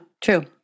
true